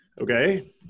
Okay